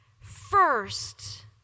first